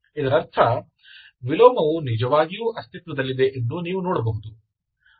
ಇದರರ್ಥ ವಿಲೋಮವು ನಿಜವಾಗಿಯೂ ಅಸ್ತಿತ್ವದಲ್ಲಿದೆ ಎಂದು ನೀವು ನೋಡಬಹುದು